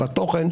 בתוכן,